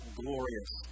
glorious